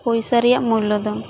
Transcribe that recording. ᱯᱚᱭᱥᱟ ᱨᱮᱭᱟᱜ ᱢᱩᱞᱞᱚ ᱫᱚ